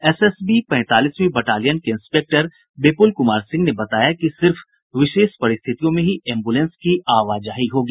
SSB पैंतालीसवीं battalion के inspector Vipul Kumar Singh ने बताया कि सिर्फ विशेष परिस्थितियों में ही एम्बुलेंस की आवाजाही रहेगी